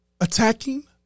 attacking